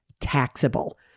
taxable